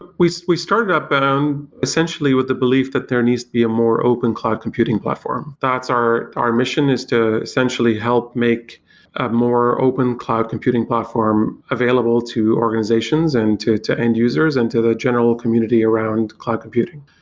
ah we we started upbound um essentially with the belief that there needs to be a more open cloud computing platform. our our mission is to essentially help make a more open cloud computing platform available to organizations and to to end users and to the general community around cloud computing.